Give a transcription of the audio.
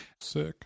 Sick